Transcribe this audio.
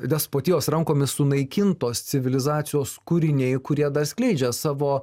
despotijos rankomis sunaikintos civilizacijos kūriniai kurie dar skleidžia savo